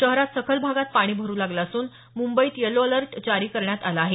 शहरात सखल भागात पाणी भरू लागलं असून मुंबईत यलो अलर्ट जारी करण्यात आला आहे